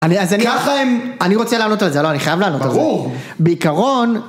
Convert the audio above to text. אני רוצה לענות על זה, אני חייב לענות על זה, ברור, בעיקרון...